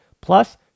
Plus